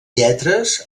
lletres